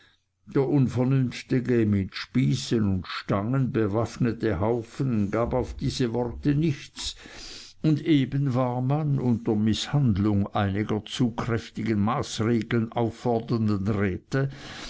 der unvernünftige mit spießen und stangen bewaffnete haufen gab auf diese worte nichts und eben war man unter mißhandlung einiger zu kräftigen maßregeln auffordernden räte